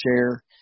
share